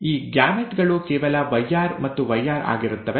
ಈ ಗ್ಯಾಮೆಟ್ ಗಳು ಕೇವಲ YR ಮತ್ತು yr ಆಗಿರುತ್ತವೆ